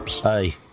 Hey